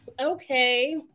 okay